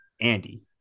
Andy